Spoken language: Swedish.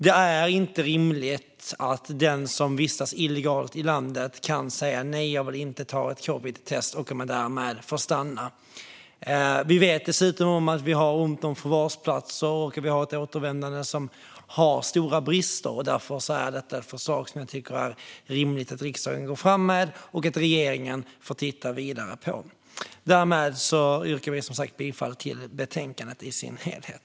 Det är inte rimligt att den som vistas illegalt i landet kan säga "Nej, jag vill inte ta ett covidtest" och därmed får stanna. Vi vet dessutom om att vi har ont om förvarsplatser och att vi har ett återvändande med stora brister. Därför är detta ett förslag som jag tycker att det är rimligt att riksdagen går fram med och att regeringen får titta vidare på det. Därmed yrkar jag som sagt bifall till förslaget i betänkandet i dess helhet.